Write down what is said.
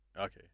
Okay